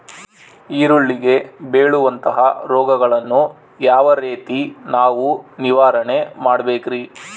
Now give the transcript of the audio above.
ಈರುಳ್ಳಿಗೆ ಬೇಳುವಂತಹ ರೋಗಗಳನ್ನು ಯಾವ ರೇತಿ ನಾವು ನಿವಾರಣೆ ಮಾಡಬೇಕ್ರಿ?